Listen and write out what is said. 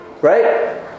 Right